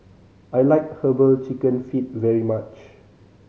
I like Herbal Chicken Feet very much